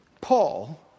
Paul